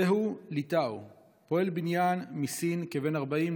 דז'ה לי טאו, פועל בניין מסין, כבן 40,